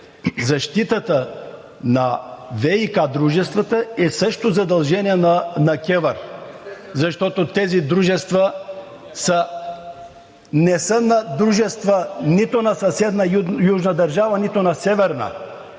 защитата на ВиК дружествата е също задължение на КЕВР, защото тези дружества не са дружества нито на съседна южна държава, нито на северна.